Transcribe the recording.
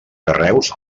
carreus